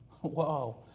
Whoa